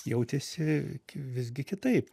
jautėsi visgi kitaip